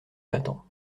m’attend